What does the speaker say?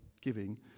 giving